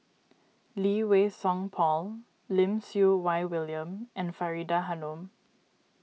Lee Wei Song Paul Lim Siew Wai William and Faridah Hanum